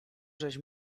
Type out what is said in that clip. żeś